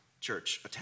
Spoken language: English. church